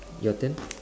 your turn